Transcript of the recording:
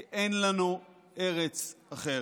כי אין לנו ארץ אחרת,